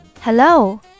Hello